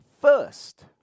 first